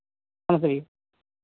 नमस्ते भैया